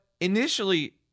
initially